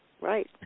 Right